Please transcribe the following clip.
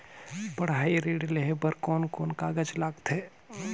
पढ़ाई ऋण लेहे बार कोन कोन कागज लगथे?